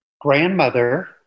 grandmother